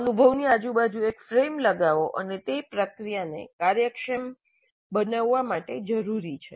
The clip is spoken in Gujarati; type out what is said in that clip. અનુભવની આજુબાજુ એક ફ્રેમ લગાવો અને તે પ્રક્રિયાને કાર્યક્ષમ બનાવવા માટે જરૂરી છે